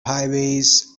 highways